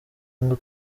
ngo